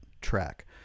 track